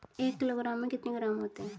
एक किलोग्राम में कितने ग्राम होते हैं?